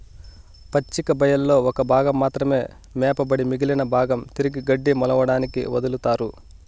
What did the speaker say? పచ్చిక బయళ్లలో ఒక భాగం మాత్రమే మేపబడి మిగిలిన భాగం తిరిగి గడ్డి మొలవడానికి వదులుతారు